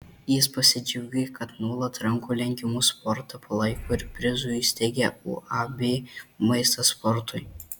jis pasidžiaugė kad nuolat rankų lenkimo sportą palaiko ir prizų įsteigia uab maistas sportui